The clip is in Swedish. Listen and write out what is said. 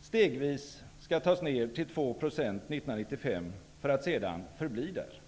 stegvis skall tas ner till 2 procent 1995 för att sedan förbli där.